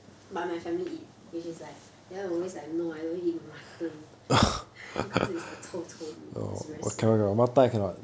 but my family eat which is like then I always like no I don't eat mutton mutton is the 臭臭 meat is very smelly